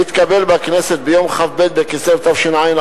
שהתקבל בכנסת ביום כ"ב בכסלו התשע"א,